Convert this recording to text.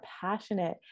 passionate